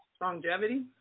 Longevity